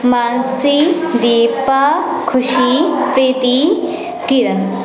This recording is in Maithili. मानसी दीपा खुशी प्रीति किरण